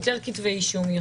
עם יותר כתבי אישום,